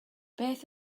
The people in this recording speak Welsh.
beth